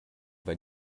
bei